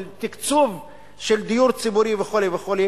של תקצוב של דיור ציבורי וכו' וכו',